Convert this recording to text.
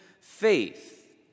faith